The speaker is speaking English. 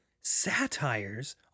satires